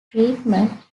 treatment